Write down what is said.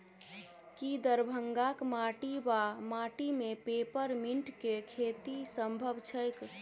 की दरभंगाक माटि वा माटि मे पेपर मिंट केँ खेती सम्भव छैक?